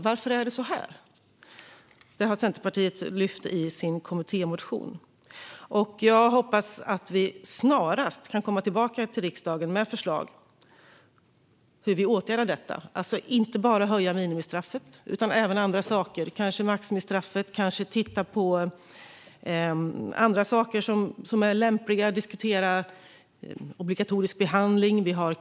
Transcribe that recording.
Varför är det så här? Det har Centerpartiet lyft fram i sin kommittémotion. Jag hoppas att vi snarast kan komma tillbaka till riksdagen med förslag på hur vi åtgärdar detta. Det handlar inte bara om att höja minimistraffet utan också om andra saker - kanske höjda maximistraff eller andra lämpliga åtgärder, obligatorisk behandling och så vidare.